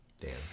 Dan